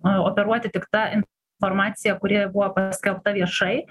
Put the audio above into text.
operuoti tik ta informacija kuri buvo paskelbta viešai